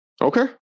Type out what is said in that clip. Okay